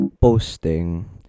posting